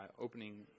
opening